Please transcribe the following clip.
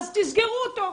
אז תסגרו אותו,